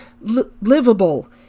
livable